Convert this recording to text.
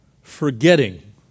forgetting